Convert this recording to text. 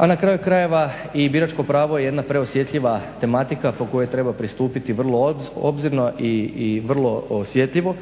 A na kraju krajeva i biračko pravo je jedna preosjetljiva tematika po kojoj treba pristupiti vrlo obzirno i vrlo osjetljivo